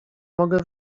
mogę